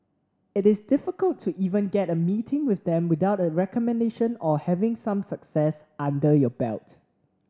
it is difficult to even get a meeting with them without a recommendation or having some success under your belt